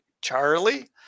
Charlie